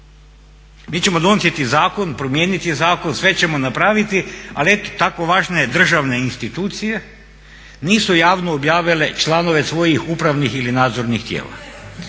Mi ćemo donositi zakon, promijeniti zakon, sve ćemo napraviti, ali eto tako važne državne institucije nisu javno objavile članove svojih upravnih ili nadzornih tijela.